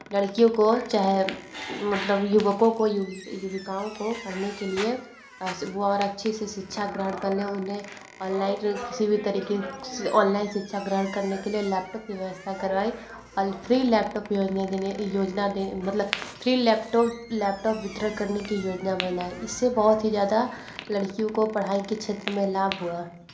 लड़कियों को चाहे मतलब युवकों को युवी युविकाओं को पढ़ने के लिए वो और अच्छे से शिक्षा ग्रहण कर लें उन्हें ऑनलाइन किसी भी तरीक़े से ऑनलाइन शिक्षा ग्रहण करने के लिए लैपटॉप की व्यवस्था की करवाई औल फ्री लैपटॉप योजना जिन्हें योजना दें मतलब फ्री लैपटॉप लैपटॉप वितरण करने की योजना बनाई इस से बहुत ही ज़्यादा लड़कियों को पढ़ाई के क्षेत्र में लाभ हुआ